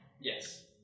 Yes